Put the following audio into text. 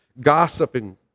Gossiping